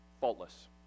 faultless